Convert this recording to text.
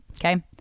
okay